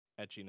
etchiness